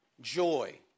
Joy